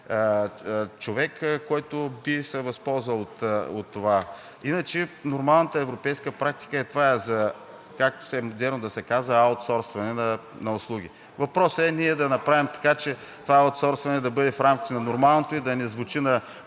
човек, който би се възползвал от това. Иначе нормалната европейска практика това е, както е модерно да се казва, за аутсорсване на услуги. Въпросът е ние да направим така, че това аутсорсване да бъде в рамките на нормалното и да не звучи на